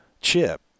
chip